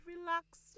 relax